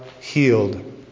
healed